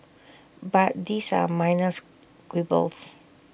but these are minor quibbles